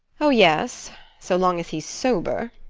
oh, yes so long as he's sober